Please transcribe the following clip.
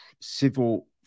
civil